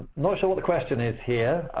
not sure what the question is here.